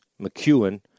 McEwen